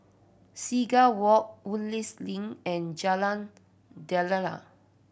Seagull Walk Woodleigh's Link and Jalan Daliah